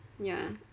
ya